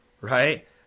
right